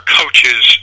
coaches